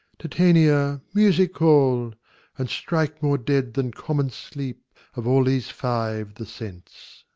titania, music call and strike more dead than common sleep of all these five the sense.